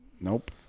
Nope